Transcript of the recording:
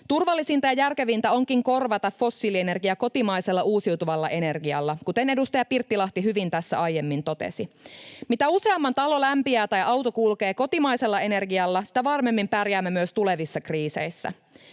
Turvallisinta ja järkevintä onkin korvata fossiilienergia kotimaisella uusiutuvalla energialla, kuten edustaja Pirttilahti hyvin tässä aiemmin totesi. Mitä useamman talo lämpiää tai auto kulkee kotimaisella energialla, sitä varmemmin pärjäämme myös tulevissa kriiseissä.